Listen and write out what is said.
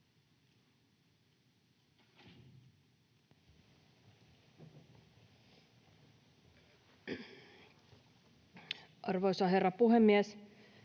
Arvoisa herra puhemies!